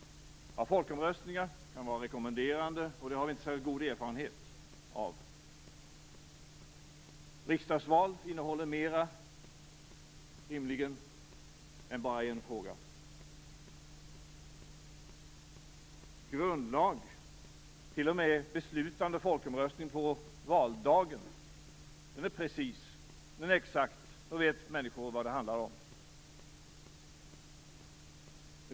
Folkomröstningar kan vara rekommenderande, och det har vi inte särskilt god erfarenhet av. Riksdagsval innehåller rimligen mer än bara en fråga. En folkomröstning, t.o.m. beslutande, om grundlagen på valdagen, är precis. Den är exakt. Då vet människor vad det handlar om.